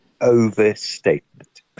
overstatement